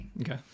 okay